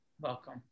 Welcome